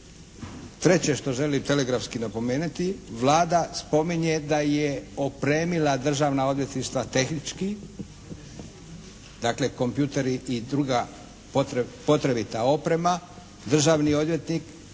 Treće što želim telegrafski napomeniti. Vlada spominje da je opremila državna odvjetništva tehnički, dakle kompjuteri i druga potrebita oprema, državni odvjetnik